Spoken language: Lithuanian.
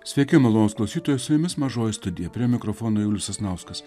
sveiki malonūs klausytojai su jumis mažoji studija prie mikrofono julius sasnauskas